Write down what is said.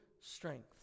strength